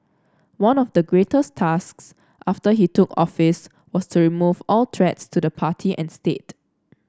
one of the greatest tasks after he took office was to remove all threats to the party and state